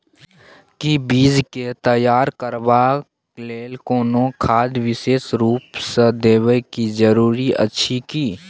कि बीज तैयार करबाक लेल कोनो खाद विशेष रूप स देबै के जरूरी अछि की?